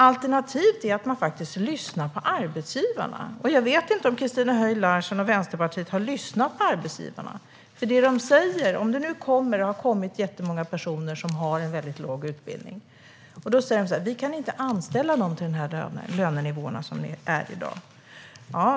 Alternativet är att man faktiskt lyssnar på arbetsgivarna. Jag vet inte om Christina Höj Larsen och Vänsterpartiet har lyssnat på arbetsgivarna. De säger: Om det nu har kommit jättemånga personer som har väldigt låg utbildning kan vi inte anställa dem med de lönenivåer som är i dag.